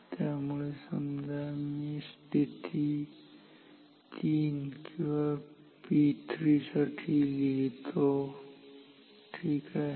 त्यामुळे समजा मी स्थिती 3 किंवा P3 साठी लिहितो ठीक आहे